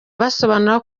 basobanura